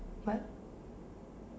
but